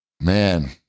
man